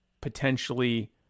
potentially